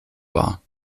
war